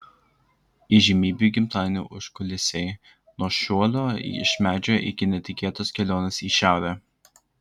įžymybių gimtadienių užkulisiai nuo šuolio iš medžio iki netikėtos kelionės į šiaurę